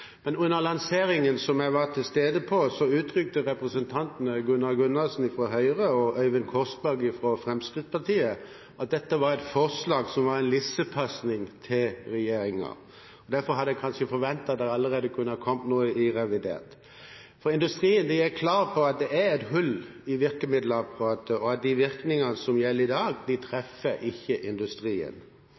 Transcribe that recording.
Under lanseringen som jeg var til stede på, uttrykte representantene Gunnar Gundersen fra Høyre og Øyvind Korsberg fra Fremskrittspartiet at dette var et forslag som var en lissepasning til regjeringen. Derfor hadde jeg kanskje forventet at det allerede kunne kommet noe om dette i revidert nasjonalbudsjett. Industrien er klar på at det er et hull i virkemiddelapparatet, og at de virkemidlene som gjelder i dag, ikke treffer industrien.